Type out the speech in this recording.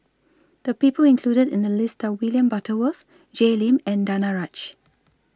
The People included in The list Are William Butterworth Jay Lim and Danaraj